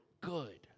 good